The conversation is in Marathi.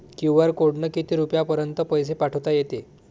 क्यू.आर कोडनं किती रुपयापर्यंत पैसे पाठोता येते?